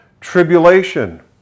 tribulation